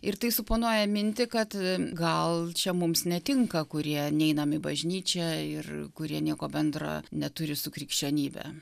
ir tai suponuoja mintį kad gal čia mums netinka kurie neinam į bažnyčią ir kurie nieko bendro neturi su krikščionybe